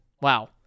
Wow